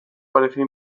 pareció